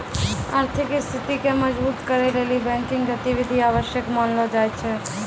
आर्थिक स्थिति के मजबुत करै लेली बैंकिंग गतिविधि आवश्यक मानलो जाय छै